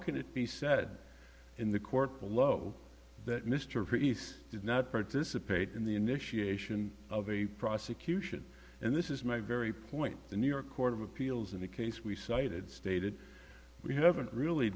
can it be said in the court below that mr friess did not participate in the initiation of a prosecution and this is my very point the new york court of appeals in the case we cited stated we haven't really